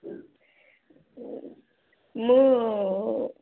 ମୁଁ